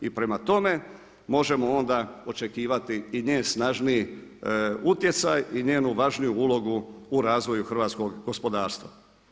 I prema tome možemo onda očekivati i njen snažniji utjecaj i njezinu važniju ulogu u razvoju hrvatskoga gospodarstva.